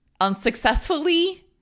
unsuccessfully